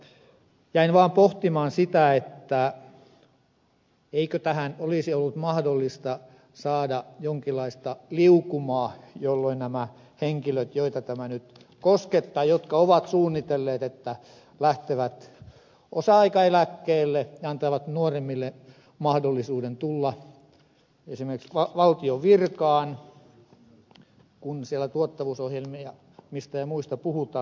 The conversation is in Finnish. jäin vaan pohtimaan sitä eikö tähän olisi ollut mahdollista saada jonkinlaista liukumaa niiden henkilöiden osalta joita tämä nyt koskettaa jotka ovat suunnitelleet että lähtevät osa aikaeläkkeelle ja antavat nuoremmille mahdollisuuden tulla esimerkiksi valtion virkaan kun siellä tuottavuusohjelmista ja muista puhutaan